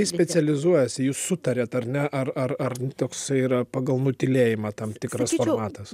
specializuojasi jūs sutariat ar ne ar ar ar toksai yra pagal nutylėjimą tam tikras formatas